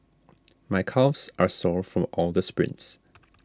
my calves are sore from all the sprints